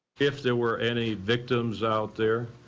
if there were any victims out there,